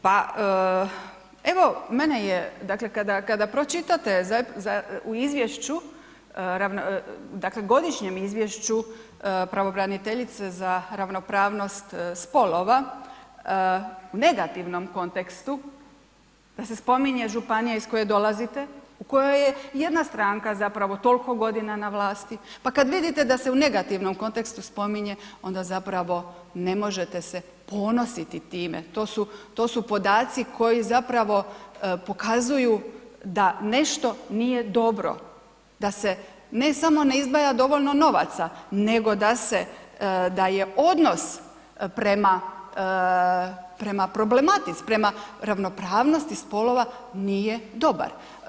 Pa evo, mene je, dakle kada, kada pročitate u izvješću, dakle godišnjem izvješću pravobraniteljice za ravnopravnost spolova, u negativnom kontekstu da se spominje županija iz koje dolazite, u kojoj je jedna stranka zapravo tolko godina na vlasti, pa kad vidite da se u negativnom kontekstu spominje onda zapravo ne možete se ponositi time, to su, to su podaci koji zapravo pokazuju da nešto nije dobro, da se ne samo ne izdvaja dovoljno novaca, nego da se, da je odnos prema, prema problematici, prema ravnopravnosti spolova nije dobar.